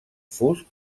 fust